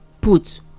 Put